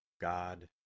God